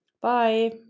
Bye